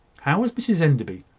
how was mrs enderby?